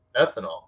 ethanol